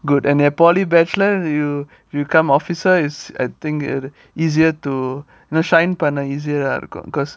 good and then polytechnic batch lah you you become officer is I think easier to you know shine பண்ண:panna easier lah be~ because